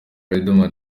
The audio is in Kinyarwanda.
riderman